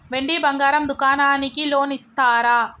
వెండి బంగారం దుకాణానికి లోన్ ఇస్తారా?